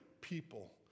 people